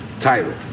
Title